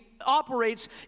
operates